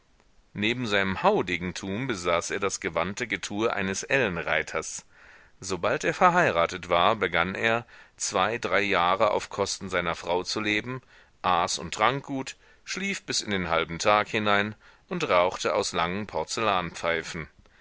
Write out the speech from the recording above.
neben seinem haudegentum besaß er das gewandte getue eines ellenreiters sobald er verheiratet war begann er zwei drei jahre auf kosten seiner frau zu leben aß und trank gut schlief bis in den halben tag hinein und rauchte aus langen